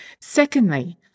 Secondly